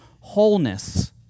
wholeness